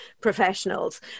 professionals